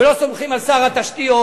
לא סומכים על שר התשתיות,